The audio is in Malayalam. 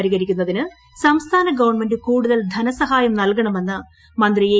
പരിഹരിക്കുന്നതിന് സംസ്ഥാന ഗവൺമെന്റ് കൂടുതൽ ധനസഹായം നൽകണമെന്ന് മന്ത്രി ഏ